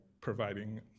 providing